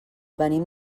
venim